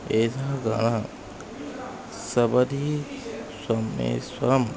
एताः गानं सबरी स्व मे स्वं